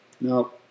No